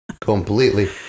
Completely